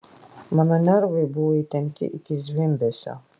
mano nervai buvo įtempti iki zvimbesio